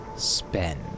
Spend